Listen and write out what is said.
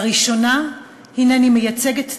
לראשונה הנני מייצגת ציבור,